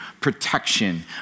protection